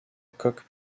coque